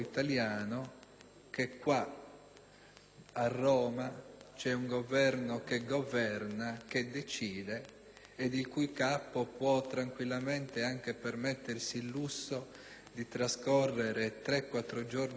a Roma c'è un Governo che governa e che decide, il cui Capo può tranquillamente anche permettersi il lusso di trascorrere tre o quattro giorni la settimana in Sardegna